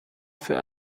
für